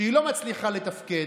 שהיא לא מצליחה לתפקד,